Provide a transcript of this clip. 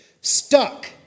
Stuck